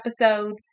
episodes